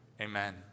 Amen